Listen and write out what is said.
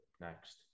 next